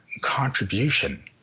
contribution